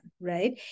right